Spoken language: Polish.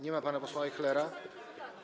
Nie ma pana posła Ajchlera?